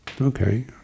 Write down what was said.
okay